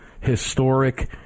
historic